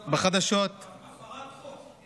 בחדשות, זאת הפרת חוק.